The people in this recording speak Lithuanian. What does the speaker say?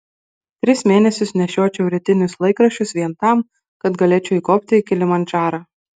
tris mėnesius nešiočiau rytinius laikraščius vien tam kad galėčiau įkopti į kilimandžarą